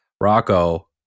Rocco